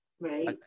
Right